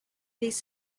this